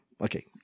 Okay